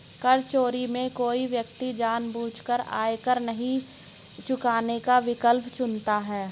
कर चोरी में कोई व्यक्ति जानबूझकर आयकर नहीं चुकाने का विकल्प चुनता है